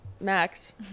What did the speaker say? Max